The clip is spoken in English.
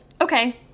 Okay